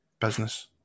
Business